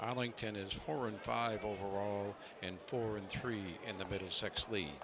arlington is four and five overall and four and three in the middlesex